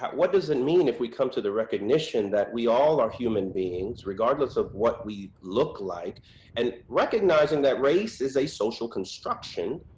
what does it and mean if we come to the recognition that we all are human beings regardless of what we look like and recognizing that race is a social construction,